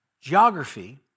geography